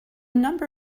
number